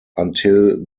until